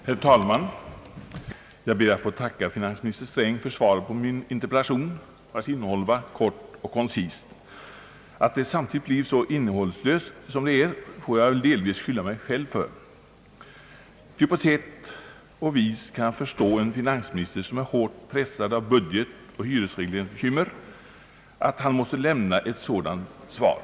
Herr talman! Jag ber att få tacka finansminister Sträng för interpellationssvaret, vars innehåll var kort och koncist. Att det samtidigt var så innehållslöst får jag väl delvis skylla mig själv för. På sätt och vis kan jag förstå att finansministern, som är hårt pressad av budgetoch hyresregleringsbekymmer, måste lämna ett sådant svar.